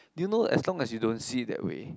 do you know as long as you don't see it that way